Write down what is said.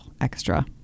extra